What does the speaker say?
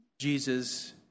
Jesus